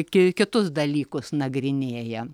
ki kitus dalykus nagrinėja